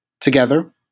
Together